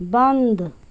बन्द